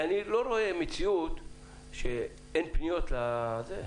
אני לא רואה מציאות שאין פניות לוועדה המאשרת.